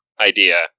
idea